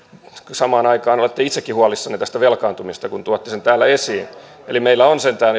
samaan aikaan olette itsekin huolissanne tästä velkaantumisesta kun tuotte sen täällä esiin eli meillä on sentään